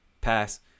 pass